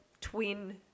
twin